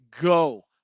go